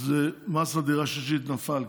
אז מס על דירה שלישית נפל,